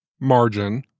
margin